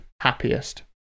happiest